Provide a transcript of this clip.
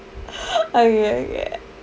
okay okay